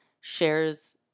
shares